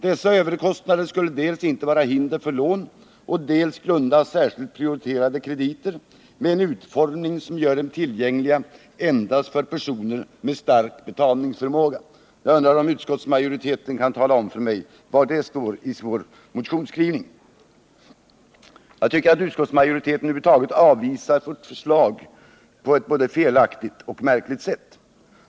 ”Dessa överkostnader skulle” — fortsätter utskottet — ”dels inte vara hinder för lån och dels grunda särskilda prioriterade krediter med en utformning som gör dem tillgängliga endast för personer med stark betalningsförmåga.” Jag undrar om utskottsmajoriten kan tala om för mig var det står i vår motionsskrivning. Utskottsmajoriteten avvisar vårt förslag på ett både felaktigt och märkligt sätt.